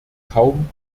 kaum